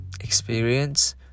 experience